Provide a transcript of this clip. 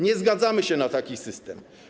Nie zgadzamy się na taki system.